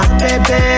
baby